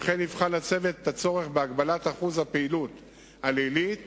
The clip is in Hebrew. ואת הצורך בהגבלת שיעור הפעילות הלילית